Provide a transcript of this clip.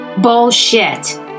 Bullshit